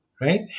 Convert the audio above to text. right